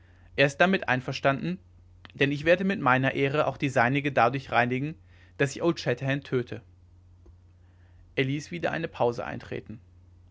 er ist damit einverstanden denn ich werde mit meiner ehre auch die seinige dadurch reinigen daß ich old shatterhand töte er ließ wieder eine pause eintreten